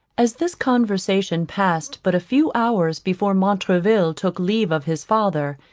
as this conversation passed but a few hours before montraville took leave of his father,